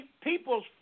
people's